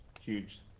Huge